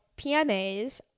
PMAs